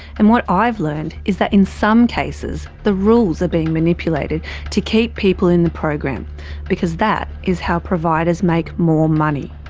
and what i've learned. is that in some cases the rules are being manipulated to keep people in the program because that is how providers make more money.